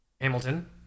Hamilton